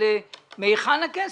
אבל מהיכן הכסף?